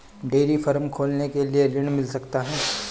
Dairy farm खोलने के लिए ऋण मिल सकता है?